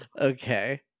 Okay